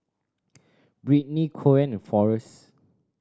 Britney Coen and Forest